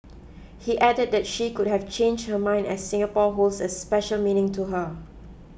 he added that she could have change her mind as Singapore holds a special meaning to her